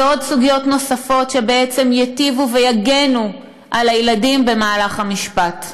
ועוד סוגיות נוספות שבעצם יטיבו ויגנו על הילדים במהלך המשפט.